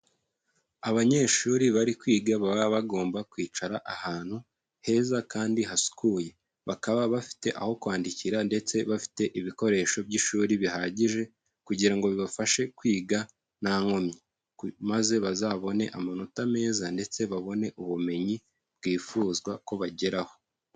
Abanyeshuri bari kwiga baba bagomba kwicara ahantu heza kandi hasukuye, bakaba bafite aho kwandikira ndetse bafite ibikoresho by'ishuri bihagije kugira ngo bibafashe kwiga nta nkomyi, maze bazabone amanota meza ndetse babone ubumenyi bwifuzwa ko bageraho.